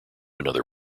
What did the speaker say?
another